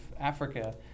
Africa